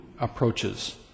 approaches